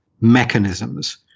mechanisms